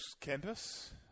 campus